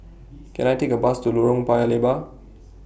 Can I Take A Bus to Lorong Paya Lebar